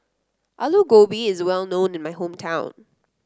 Alu Gobi is well known in my hometown